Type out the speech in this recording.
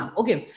okay